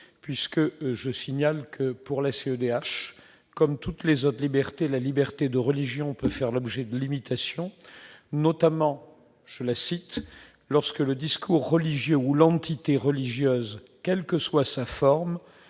puisque je signale que pour laisser aux DH comme toutes les autres libertés la liberté de religion peut faire l'objet de limitation notamment, je la cite : lorsque le discours religieux ou l'entité religieuse, quelle que soit sa forme,